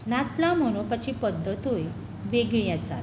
नातलां मनोवपाची पद्दतूय वेगळी आसात